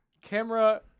camera